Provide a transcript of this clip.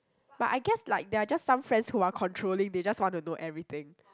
but I guess like there are just some friends who are controlling they just want to know everything